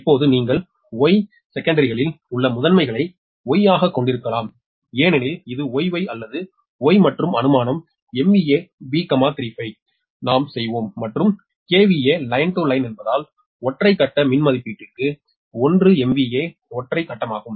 இப்போது நீங்கள் Y செகண்டரிகளில் உள்ள முதன்மைகளை Y ஆகக் கொண்டிருக்கலாம் ஏனெனில் இது YY அல்லது Y மற்றும் அனுமானம் B3Φ நாம் செய்வோம் மற்றும் KVA லைன் டு லைன் என்பதால் ஒற்றை கட்ட மதிப்பீட்டிற்கு 1 MVA ஒற்றை கட்டமாகும்